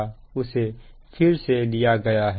वही उदाहरण को लिया गया है